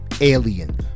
Alien